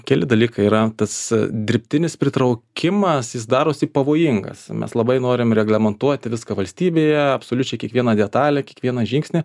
keli dalykai yra tas dirbtinis pritraukimas jis darosi pavojingas mes labai norim reglamentuoti viską valstybėje absoliučiai kiekvieną detalę kiekvieną žingsnį